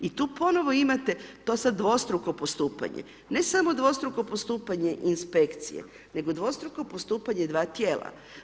I tu ponovo imate, to sad dvostruko postupanje, ne samo dvostruko postupanje Inspekcije, nego dvostruko postupanje dva tijela.